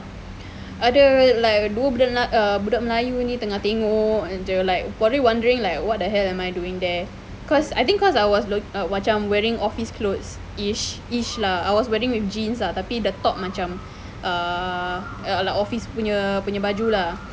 ada like dua budak lelaki budak melayu ni tengah tengok jer probably wondering like what the hell am I doing there cause I think cause I was like lo~ uh macam wearing office clothes ish ish lah I was wearing with jeans ah the top macam uh like office punya punya baju lah